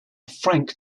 frank